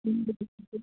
ହୁଁ